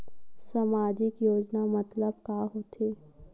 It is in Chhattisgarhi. सामजिक योजना मतलब का होथे?